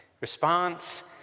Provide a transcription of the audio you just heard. response